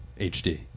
HD